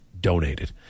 donated